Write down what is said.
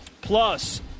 Plus